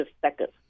seconds